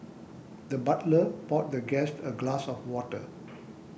the butler poured the guest a glass of water